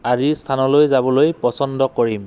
আদি স্থানলৈ যাবলৈ পছন্দ কৰিম